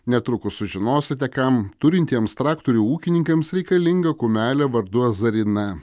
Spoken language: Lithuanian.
netrukus sužinosite kam turintiems traktorių ūkininkams reikalinga kumelė vardu azarina